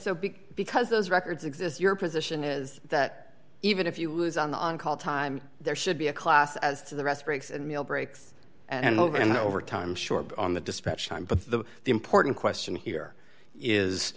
so big because those records exist your position is that even if you was on the on call time there should be a class as to the rest breaks and meal breaks and over and over time short on the dispatch time but the important question here is